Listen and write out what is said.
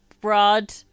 Broad